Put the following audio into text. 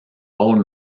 rôle